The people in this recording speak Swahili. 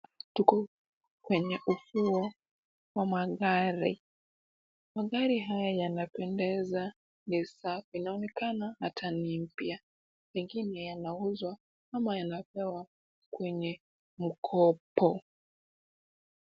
Tuko kwenye ufuo wa magari. Magari haya yanapendeza . Yanaonekana hata ni mpya na pengine yanauzwa ama yanapewa kwenye mkopo.